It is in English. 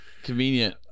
Convenient